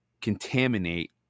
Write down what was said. contaminate